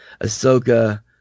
Ahsoka